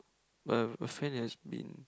um a friend has been